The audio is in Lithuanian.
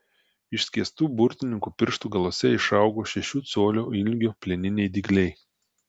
išskėstų burtininko pirštų galuose išaugo šešių colių ilgio plieniniai dygliai